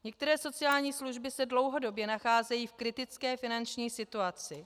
Některé sociální služby se dlouhodobě nacházejí v kritické finanční situaci.